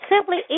simply